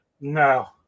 No